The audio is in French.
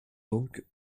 donc